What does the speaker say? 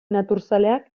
naturzaleak